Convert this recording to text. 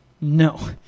No